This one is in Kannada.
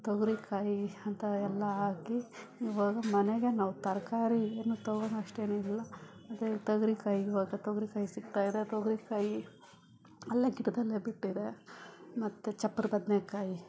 ತೊಗರಿಕಾಯಿ ಅಂಥ ಎಲ್ಲ ಹಾಕಿ ಇವಾಗ ಮನೆಗೆ ನಾವು ತರಕಾರಿ ಏನು ತೊಗೊಳೋಷ್ಟು ಏನಿಲ್ಲ ಅದೇ ತೊಗರಿಕಾಯಿ ಇವಾಗ ತೊಗರಿಕಾಯಿ ಸಿಗ್ತಾಯಿದೆ ತೊಗರಿಕಾಯಿ ಅಲ್ಲೇ ಗಿಡದಲ್ಲೇ ಬಿಟ್ಟಿದೆ ಮತ್ತು ಚಪ್ರ ಬದನೇಕಾಯಿ